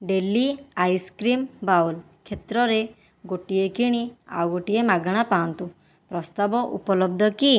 daily ice cream bowl କ୍ଷେତ୍ରରେ ଗୋଟିଏ କିଣି ଆଉ ଗୋଟିଏ ମାଗଣା ପାଆନ୍ତୁ ପ୍ରସ୍ତାବ ଉପଲବ୍ଧ କି